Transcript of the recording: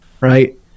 Right